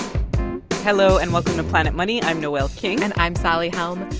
hello, and welcome to planet money. i'm noel king and i'm sally helm.